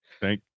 thank